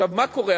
עכשיו, מה קורה?